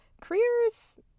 careers